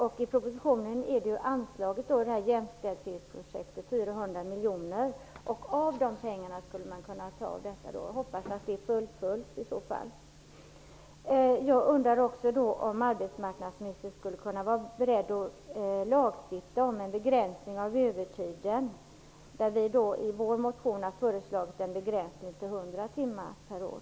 I propositionen har 400 miljoner anslagits till jämställdhetsprojektet. Av de pengarna skulle man kunna ta till detta. Jag hoppas att det fullföljs i så fall. Jag undrar också om arbetsmarknadsministern skulle kunna vara beredd att lagstifta om en begränsning av övertiden. Vi har i vår motion föreslagit en begränsning till 100 timmar per år.